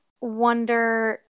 wonder